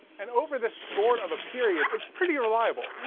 and over this short of a period it's pretty reliable.